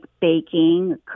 baking